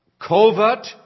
covert